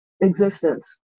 existence